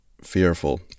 fearful